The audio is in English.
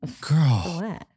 Girl